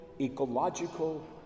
ecological